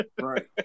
Right